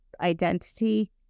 identity